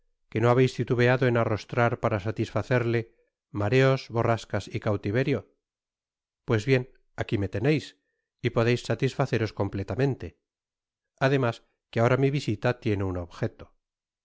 que no habeis titubeado en arrostrar para satisfacerle mareos borrascas y cautiverio pues bien aqui me teneis y podeis satisfaceros completamente además que ahora mi visita tiene un objeto